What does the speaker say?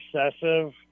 obsessive